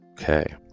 Okay